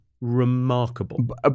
remarkable